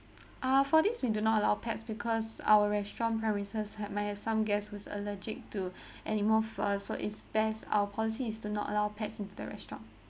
uh for this we do not allow pets because our restaurant premises had might have some guest who's allergic to animal furs so it's best our policy is to not allow pets into the restaurant